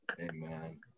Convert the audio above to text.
Amen